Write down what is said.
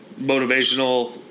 motivational